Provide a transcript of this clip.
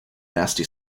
nasty